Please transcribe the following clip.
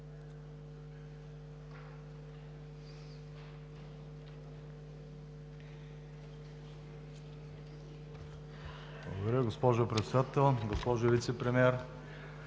Благодаря. Госпожо Председател, госпожо Вицепремиер,